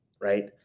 right